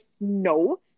no